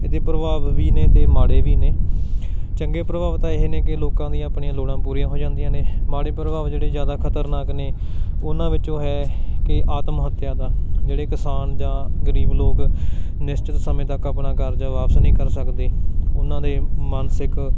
ਇਹਦੇ ਪ੍ਰਭਾਵ ਵੀ ਨੇ ਅਤੇ ਮਾੜੇ ਵੀ ਨੇ ਚੰਗੇ ਪ੍ਰਭਾਵ ਤਾਂ ਇਹ ਨੇ ਕਿ ਲੋਕਾਂ ਦੀਆਂ ਆਪਣੀਆਂ ਲੋੜਾਂ ਪੂਰੀਆਂ ਹੋ ਜਾਂਦੀਆਂ ਨੇ ਮਾੜੇ ਪ੍ਰਭਾਵ ਜਿਹੜੇ ਜ਼ਿਆਦਾ ਖਤਰਨਾਕ ਨੇ ਉਹਨਾਂ ਵਿੱਚੋਂ ਹੈ ਕਿ ਆਤਮ ਹੱਤਿਆ ਦਾ ਜਿਹੜੇ ਕਿਸਾਨ ਜਾਂ ਗਰੀਬ ਲੋਕ ਨਿਸ਼ਚਿਤ ਸਮੇਂ ਤੱਕ ਆਪਣਾ ਕਰਜਾ ਵਾਪਸ ਨਹੀਂ ਕਰ ਸਕਦੇ ਉਹਨਾਂ ਦੇ ਮਾਨਸਿਕ